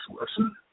listen